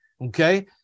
okay